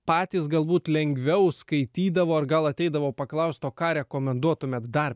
patys galbūt lengviau skaitydavo ar gal ateidavo paklaust o ką rekomenduotumėt dar